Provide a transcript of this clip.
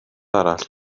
arall